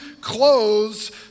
clothes